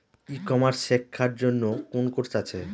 ই commerce শেক্ষার জন্য কোন কোর্স আছে?